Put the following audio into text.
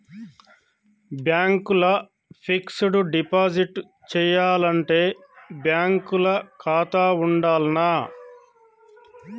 Bank ల fixed deposit చేయాలంటే bank ల ఖాతా ఉండాల్నా?